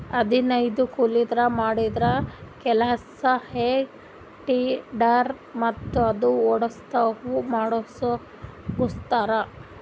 ಹದನೈದು ಕೂಲಿದವ್ರ್ ಮಾಡದ್ದ್ ಕೆಲ್ಸಾ ಹೆ ಟೆಡ್ಡರ್ ಮತ್ತ್ ಅದು ಓಡ್ಸವ್ರು ಮಾಡಮುಗಸ್ತಾರ್